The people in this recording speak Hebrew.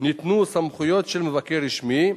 ניתנו סמכויות של מבקר רשמי,